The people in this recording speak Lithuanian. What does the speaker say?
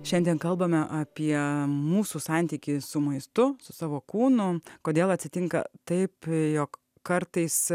šiandien kalbame apie mūsų santykį su maistu su savo kūnu kodėl atsitinka taip jog kartais